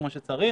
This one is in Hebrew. כמו שצריך.